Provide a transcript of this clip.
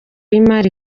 y’imari